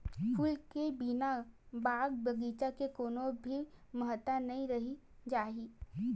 फूल के बिना बाग बगीचा के कोनो भी महत्ता नइ रहि जाए